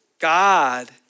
God